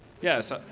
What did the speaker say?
Yes